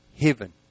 heaven